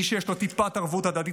מי שיש לו טיפת ערבות הדדית,